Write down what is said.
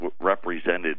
represented